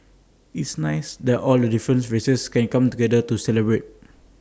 it's nice that all the different races can come together to celebrate